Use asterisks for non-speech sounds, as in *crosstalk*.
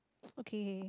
*noise* okay okay